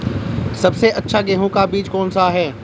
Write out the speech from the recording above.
सबसे अच्छा गेहूँ का बीज कौन सा है?